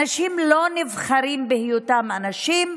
אנשים לא נבחרים בהיותם אנשים,